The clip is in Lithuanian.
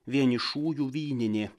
vienišųjų vyninė